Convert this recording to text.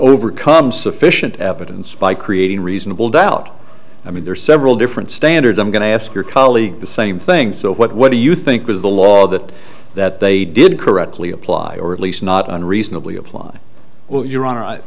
overcome sufficient evidence by creating reasonable doubt i mean there are several different standards i'm going to ask your colleague the same thing so what do you think was the law that that they did correctly apply or at least not unreasonably apply well your honor